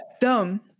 dumb